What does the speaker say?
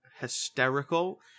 hysterical